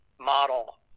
model